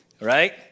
right